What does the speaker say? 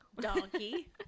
donkey